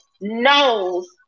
knows